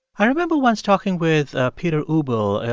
i remember once talking with ah peter ubel.